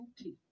okay